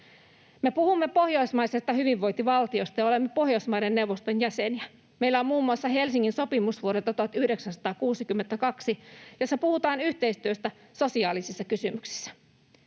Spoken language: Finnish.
Me puhumme pohjoismaisesta hyvinvointivaltiosta ja olemme Pohjoismaiden neuvoston jäseniä. Meillä on muun muassa Helsingin sopimus vuodelta 1962, jossa puhutaan yhteistyöstä sosiaalisissa kysymyksissä.